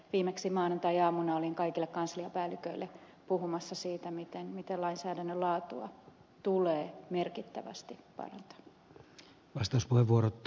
viimeksi maanantaiaamuna olin kaikille kansliapäälliköille puhumassa siitä miten lainsäädännön laatua tulee merkittävästi parantaa